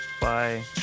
Bye